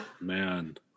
Man